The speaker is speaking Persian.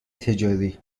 تجاری